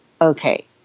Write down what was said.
okay